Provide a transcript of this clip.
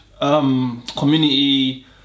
community